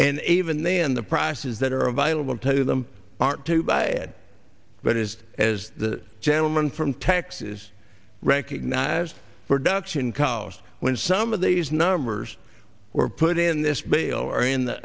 and even then the prices that are available to them aren't too bad but it is as the gentleman from texas recognized production cars when some of these numbers were put in this bale or in the